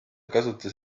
kasutas